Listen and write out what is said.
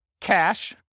cash